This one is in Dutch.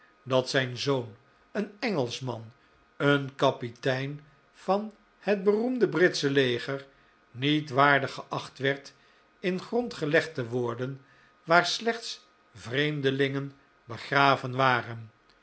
dat zijn zoon een engelschman een kapitein van het beroemde britsche leger niet waardig geacht werd in grond gelegd te worden waar slechts vreemdelingen begraven waren